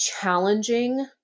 challenging